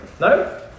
No